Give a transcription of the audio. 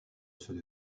ceux